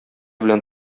белән